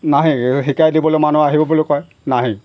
নাহেই শিকাই দিবলৈ মানুহ আহিব বুলি কয় নাহেই